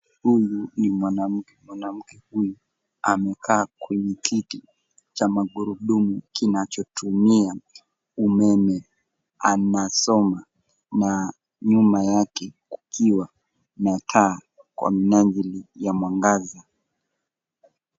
Huyu ni mwanamke. Mwanamke huyu amekaa kwenye kiti cha magurudumu kinachotumia umeme. Anasoma na nyuma yake kukiwa na taa kwa minajili ya mwangaza.